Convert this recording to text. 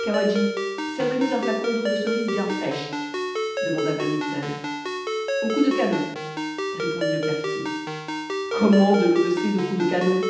cawadji servez nous un flacon d'eau de cerise bien fraîche demanda van mitten au coup de canon répondit le cafetier comment de l'eau de cerise au coup de canon